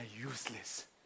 useless